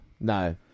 No